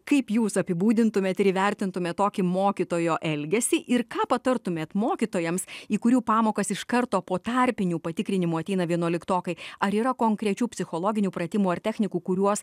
kaip jūs apibūdintumėt ir įvertintumėt tokį mokytojo elgesį ir ką patartumėt mokytojams į kurių pamokas iš karto po tarpinių patikrinimų ateina vienuoliktokai ar yra konkrečių psichologinių pratimų ar technikų kuriuos